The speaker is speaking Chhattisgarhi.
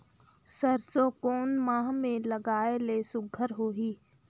सरसो कोन माह मे लगाय ले सुघ्घर होही?